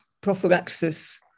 prophylaxis